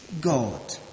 God